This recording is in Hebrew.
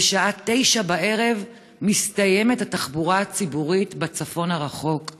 בשעה 21:00 מסתיימת התחבורה הציבורית בצפון הרחוק.